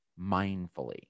mindfully